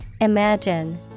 Imagine